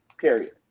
period